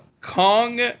Kong